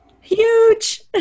Huge